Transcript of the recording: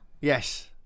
Yes